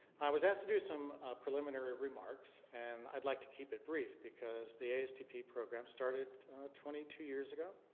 i was asked to do some preliminary remarks. and i'd like to keep it brief, because the asdp program started twenty two years ago